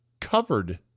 covered